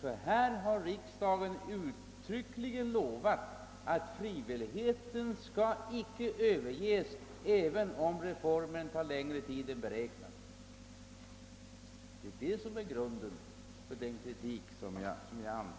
ty härvidlag har riksdagen uttryckligen lovat att frivilligheten icke skall överges, även om reformen tar längre tid än beräknat. Det är det som är grunden för den kritik jag anfört.